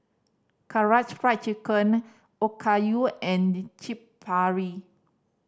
Karaage Fried Chicken Okayu and Chaat Papri